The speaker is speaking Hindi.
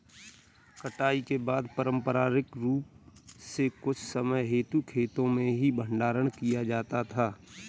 कटाई के बाद पारंपरिक रूप से कुछ समय हेतु खेतो में ही भंडारण किया जाता था